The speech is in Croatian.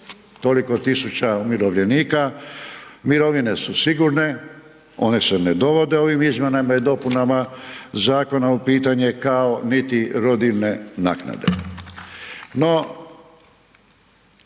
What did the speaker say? toliko tisuća umirovljenika, mirovine su sigurne, one se ne dovode ovim izmjenama i dopunama zakona u pitanje kao niti rodiljne naknade.